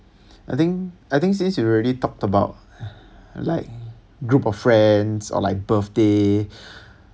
I think I think since you already talked about like group of friends or like birthday